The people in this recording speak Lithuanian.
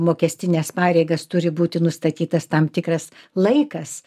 mokestines pareigas turi būti nustatytas tam tikras laikas